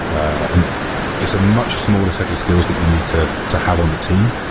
and it's a much smaller set of skills that you need to to have on the team,